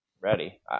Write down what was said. ready